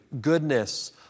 goodness